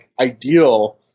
ideal